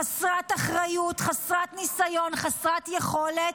חסרת אחריות, חסרת ניסיון, חסרת יכולת.